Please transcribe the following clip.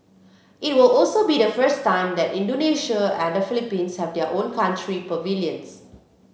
it will also be the first time that Indonesia and the Philippines have their own country pavilions